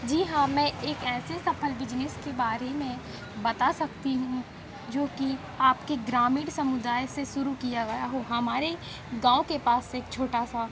जी हाँ मैं एक ऐसे सफल बिजनेस के बारे में बता सकती हूँ जो कि आपके ग्रामीण समुदाय से शुरू किया गया हो हमारे गाँव के पास एक छोटा सा